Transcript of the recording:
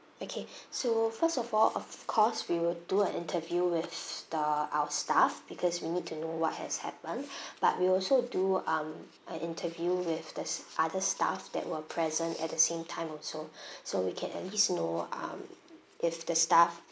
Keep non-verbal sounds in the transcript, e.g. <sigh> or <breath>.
okay <breath> so first of all of course we will do an interview with the our staff because we need to know what has happened <breath> but we'll also do um an interview with this other staffs that were present at the same time also <breath> so we can at least know um if the staff